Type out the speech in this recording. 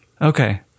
Okay